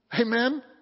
Amen